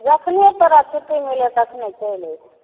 जखने तोरा छुट्टी मिलौ तखने चैलि अहिए